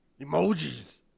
emojis